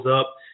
up